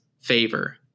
Favor